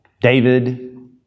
David